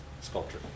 sculpture